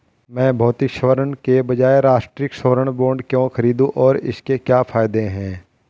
मैं भौतिक स्वर्ण के बजाय राष्ट्रिक स्वर्ण बॉन्ड क्यों खरीदूं और इसके क्या फायदे हैं?